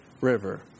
River